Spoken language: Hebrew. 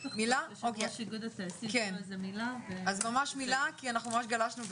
יושב-ראש איגוד הטייסים, ממש מילה, כי גלשנו בזמן.